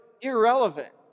irrelevant